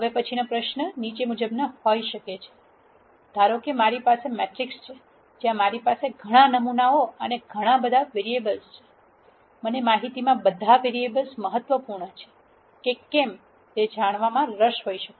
હવે પછીનો પ્રશ્ન નીચે મુજબનો હોઈ શકે છે ધારો કે મારી પાસે મેટ્રિક્સ છે જ્યાં મારી પાસે ઘણા નમૂનાઓ અને ઘણા બધા વેરીએબલ છે મને માહિતીમાં બધા વેરીએબલ મહત્વપૂર્ણ છે કે કેમ તે જાણવામાં રસ હોઈ શકે